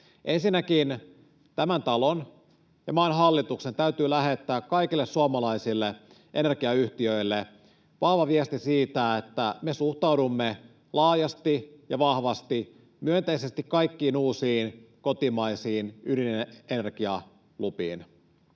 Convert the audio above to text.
Ensinnäkin tämän talon ja maan hallituksen täytyy lähettää kaikille suomalaisille energiayhtiöille vahva viesti siitä, että me suhtaudumme laajasti ja vahvasti myönteisesti kaikkiin uusiin kotimaisiin ydinenergialupiin.